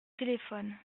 téléphone